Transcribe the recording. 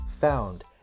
found